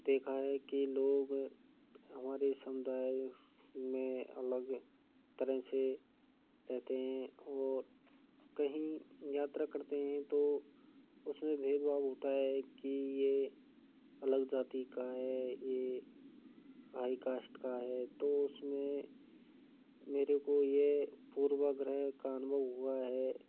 देखा है कि लोग हमारे समुदाय में अलग तरह से रहते हैं वो कहीं यात्रा करते हैं तो उस में भेदभाव होता है कि ये अलग जाति का है ये हाई कास्ट का है तो उस में मेरे को ये पूर्वाग्रह का अनुभव हुआ है